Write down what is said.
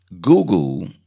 Google